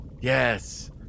Yes